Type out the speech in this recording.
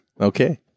Okay